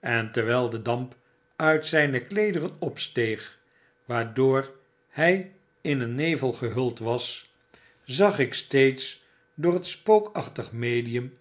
en terwijl de damp uit zyne kleederen opsteeg waardoor hy in een nevel gehuld was zag ik steeds door het spookachtig medium